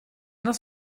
das